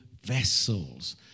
vessels